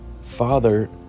Father